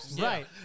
Right